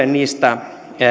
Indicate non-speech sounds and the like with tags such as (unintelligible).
(unintelligible) niistä